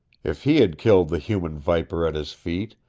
if he had killed the human viper at his feet,